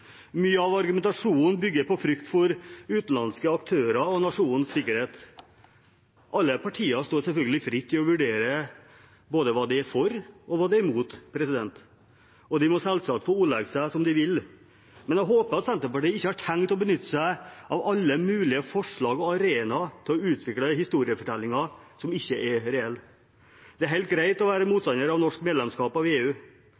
Mye av argumentasjonen bygger på frykt for utenlandske aktører og nasjonens sikkerhet. Alle partier står selvfølgelig fritt til å vurdere både hva de er for, og hva de er imot, og de må selvsagt få ordlegge seg som de vil, men jeg håper Senterpartiet ikke har tenkt å benytte seg av alle mulige forslag og arenaer til å utvikle historiefortellinger som ikke er reelle. Det er helt greit å være motstander av norsk medlemskap i EU,